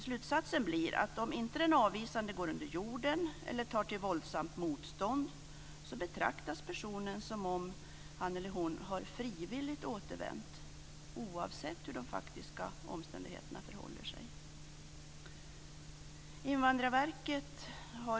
Slutsatsen blir att om inte den avvisade går under jorden eller tar till våldsamt motstånd betraktas det som om personen frivilligt har återvänt, oavsett de faktiska omständigheterna.